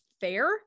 fair